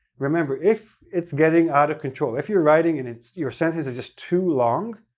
remember if it's getting out of control. if you're writing and it's. your sentence is just too long,